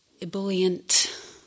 ebullient